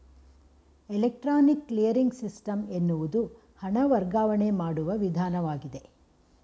electronic clearing system ಎನ್ನುವುದು ಹಣ ವರ್ಗಾವಣೆ ಮಾಡುವ ವಿಧಾನವಾಗಿದೆ